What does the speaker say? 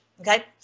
Okay